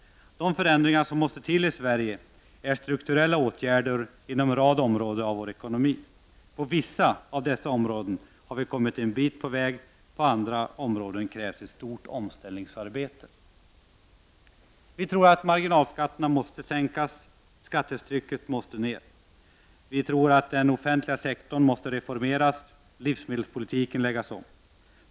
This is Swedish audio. De förändringar som måste till i Sverige är strukturella åtgärder inom en rad områden i vår ekonomi. På vissa av dessa områden har vi kommit en bit på väg, på andra områden krävs ett stort omställningsarbete. Marginalskatterna måste sänkas, skattetrycket måste ner, den offentliga sektorn måste reformeras, livsmedelspolitiken måste läggas om.